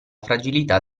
fragilità